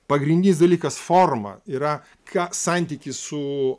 pagrindinis dalykas forma yra ką santykį su